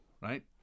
right